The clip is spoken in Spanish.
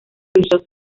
religioso